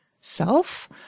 self